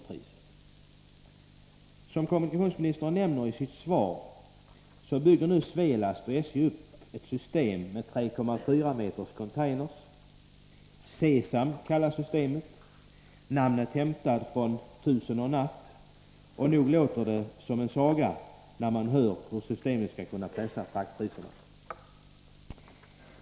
43 Som kommunikationsministern nämner i sitt svar bygger Svelast och SJ nu upp ett system med 3,4 meters containrar. C-sam kallas systemet. Namnet är hämtat från Tusen och en natt, och nog låter det som en saga när man hör hur det är tänkt att systemet skall kunna pressa fraktpriserna.